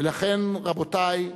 לכן, רבותי,